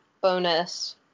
bonus